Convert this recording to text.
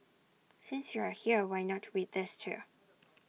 since you are here why not read these too